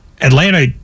Atlanta